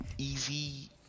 easy